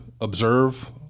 observe